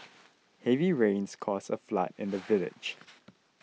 heavy rains caused a flood in the village